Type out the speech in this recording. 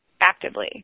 actively